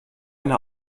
eine